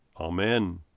Amen